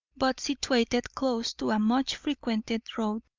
but situated close to a much-frequented road,